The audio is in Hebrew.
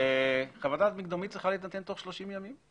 חוות דעת מקדמית צריכה להינתן תוך 30 ימים.